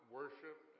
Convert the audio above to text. worship